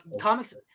comics